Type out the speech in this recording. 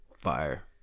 Fire